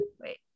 Wait